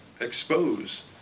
expose